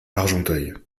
argenteuil